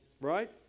right